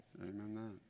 Amen